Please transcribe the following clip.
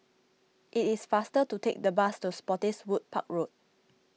it is faster to take the bus to Spottiswoode Park Road